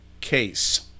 case